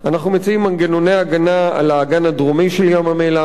אנחנו מציעים מנגנוני הגנה על האגן הדרומי של ים-המלח,